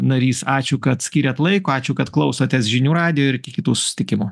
narys ačiū kad skyrėt laiko ačiū kad klausotės žinių radijo ir iki kitų susitikimų